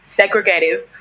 segregative